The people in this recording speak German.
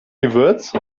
gewürz